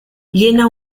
llena